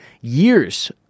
years